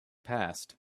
passed